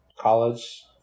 college